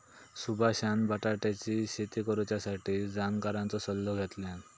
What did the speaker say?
सुभाषान बटाट्याची शेती करुच्यासाठी जाणकारांचो सल्लो घेतल्यान